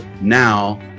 now